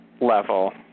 level